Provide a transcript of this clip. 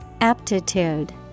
Aptitude